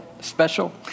special